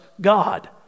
God